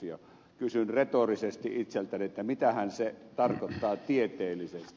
kysyn retorisesti itseltäni mitähän se tarkoittaa tieteellisesti